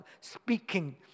speaking